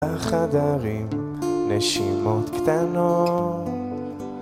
בחדרים נשימות קטנות